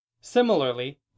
Similarly